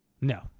No